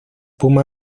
puma